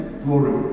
glory